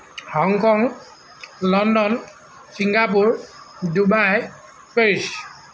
Hong Kong London Singapore Dubai Paris